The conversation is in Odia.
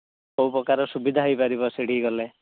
କେଉଁ ପ୍ରକାରର ସୁବିଧା ହେଇପାରିବ ସେଇଠିକି ଗଲେ